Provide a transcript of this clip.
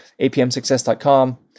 apmsuccess.com